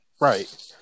Right